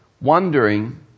wondering